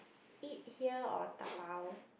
eat here or dabao